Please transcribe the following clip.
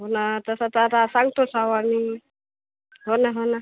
हो ना तसा तर आता सांगतोच हो आम्ही हो ना हो ना